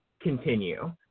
continue